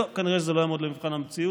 טוב, כנראה שזה לא יעמוד למבחן המציאות,